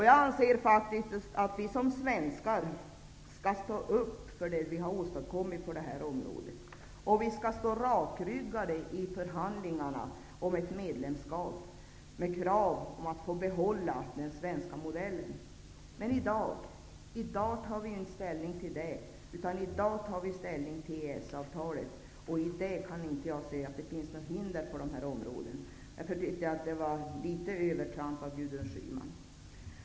Jag anser faktiskt att vi som svenskar skall stå upp för det vi har åstadkommit på det området. Vi skall stå rakryggade i förhandlingarna om ett medlemskap med krav om att få behålla den svenska modellen. Men i dag tar vi inte ställning till det, utan i dag tar vi ställning till EES-avtalet, och i det kan inte jag se att det finns något hinder på de här områdena. Därför tycker jag att Gudrun Schyman gjorde ett litet övertramp.